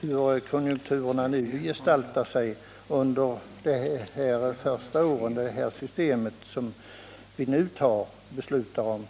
se hur konjunkturen kommer att gestalta sig under de första åren då det system är i tillämpning som vi nu fattar beslut om.